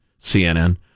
CNN